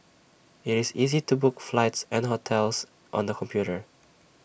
IT is easy to book flights and hotels on the computer